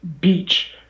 beach